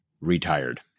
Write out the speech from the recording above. retired